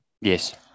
Yes